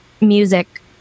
music